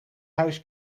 huis